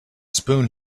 spoon